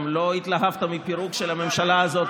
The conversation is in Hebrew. גם לא התלהבת מפירוק של הממשלה הזאת.